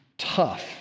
tough